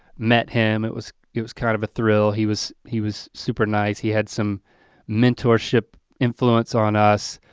met him it was it was kind of a thrill. he was he was super nice. he had some mentorship influence on us.